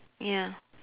ya